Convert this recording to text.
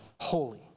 holy